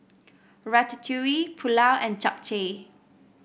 Ratatouille Pulao and Japchae